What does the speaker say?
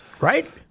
Right